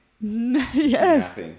Yes